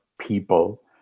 people